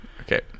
Okay